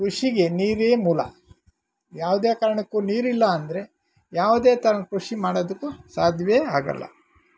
ಕೃಷಿಗೆ ನೀರೇ ಮೂಲ ಯಾವುದೇ ಕಾರಣಕ್ಕೂ ನೀರಿಲ್ಲ ಅಂದರೆ ಯಾವುದೇ ಥರ ಕೃಷಿ ಮಾಡೋದಕ್ಕೂ ಸಾಧ್ಯವೇ ಆಗೋಲ್ಲ